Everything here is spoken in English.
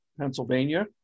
Pennsylvania